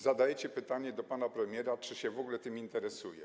Zadajecie pytanie do pana premiera, czy się w ogóle tym interesuje.